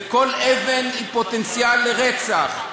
וכל אבן היא פוטנציאל לרצח,